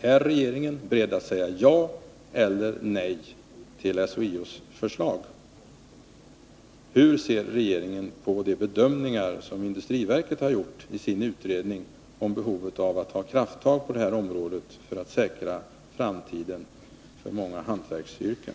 Är regeringen beredd att säga ja eller nej till SHIO:s förslag? Hur ser regeringen på de bedömningar som industriverket gjort i sin utredning om behovet av att ta krafttag på detta område för att säkra framtiden för många hantverksyrken?